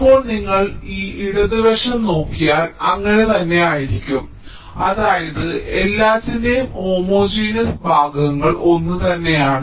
ഇപ്പോൾ നിങ്ങൾ ഈ ഇടത് വശം നോക്കിയാൽ അങ്ങനെ തന്നെ ആയിരിക്കും അതായത് എല്ലാറ്റിന്റെയും ഹോമോജിനെസ് ഭാഗങ്ങൾ ഒന്നുതന്നെയാണ്